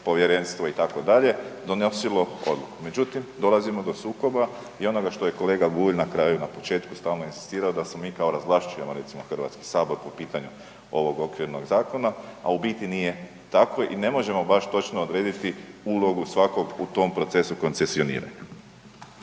povjerenstvo itd. donosilo odluku. Međutim, dolazimo do sukoba i onoga što je kolega Bulj na kraju i na početku stalno inzistirao da se mi kao razvlašćujemo recimo HS po pitanju ovog okvirnog zakona, a u biti nije tako i ne možemo baš točno odrediti ulogu svakog u tom procesu koncesioniranja.